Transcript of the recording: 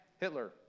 Hitler